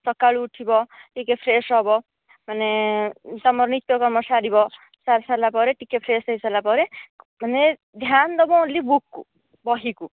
ସକାଳୁ ଉଠିବ ଟିକେ ଫ୍ରେସ ହେବ ମାନେ ତମ ନିତ୍ୟକର୍ମ ସାରିବ ସାରି ସାରିଲା ପରେ ଟିକେ ଫ୍ରେସ ହୋଇ ସାରିଲା ପରେ ମାନେ ଧ୍ୟାନ ଦେବ ଓଂଲି ବୁକ କୁ ବହି କୁ